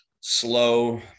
slow